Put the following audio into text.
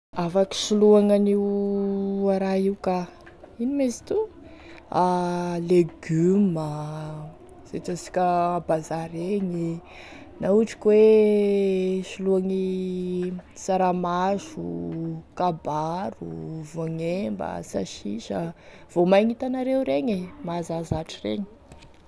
Afaky soloigny an'io a raha io ka, ino moa izy toa, legioma ze hitasika a bazary egny na ohatry ka hoe soloigny saramaso, kabaro, voagnemba, sesisa, vomaigny hitanareo regny e, mahazazatry regny.